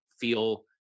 feel